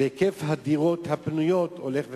ומספר הדירות הפנויות הולך ופוחת.